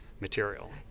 material